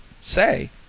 say